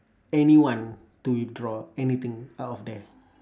anyone to withdraw anything out of there